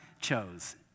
chose